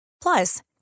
Plus